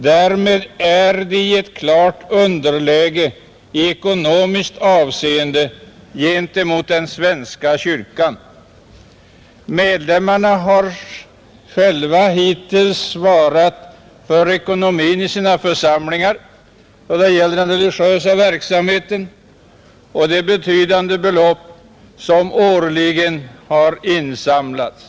Därmed är de i ett klart underläge i ekonomiskt avseende gentemot svenska kyrkan. Medlemmarna har själva hittills svarat för ekonomin i sina församlingar då det gäller den religiösa verksamheten, och det är betydande belopp som årligen har insamlats.